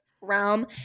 realm